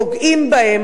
פוגעים בהם,